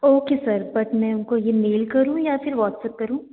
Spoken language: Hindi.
ओके सर बट मै उनको यह मेल करूँ या फिर वाट्सप करूँ